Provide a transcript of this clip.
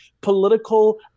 political